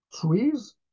trees